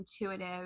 intuitive